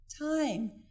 Time